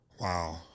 Wow